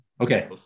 Okay